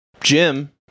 Jim